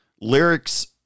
lyrics